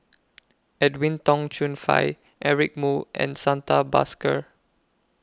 Edwin Tong Chun Fai Eric Moo and Santha Bhaskar